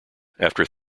after